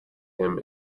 him